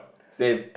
same